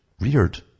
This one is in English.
reared